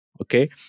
okay